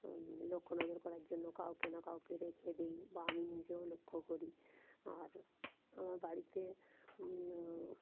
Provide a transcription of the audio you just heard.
লক্ষ্য নজর করার জন্য কাউকে না কাউকে রেখে দেিই বা আমি নিজেও লক্ষ্য করি আর আমার বাড়িতে